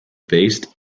based